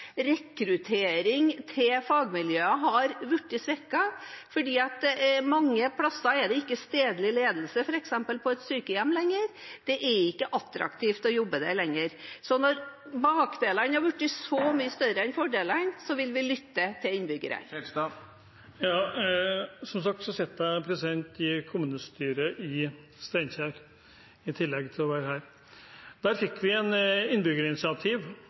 til fagmiljøer har blitt svekket fordi det mange plasser ikke lenger er stedlig ledelse på f.eks. sykehjem. Det er ikke attraktivt å jobbe der lenger. Så når bakdelene har blitt så mye større enn fordelene, vil vi lytte til innbyggerne. Som sagt sitter jeg i kommunestyret i Steinkjer i tillegg til å være her. Der fikk vi et innbyggerinitiativ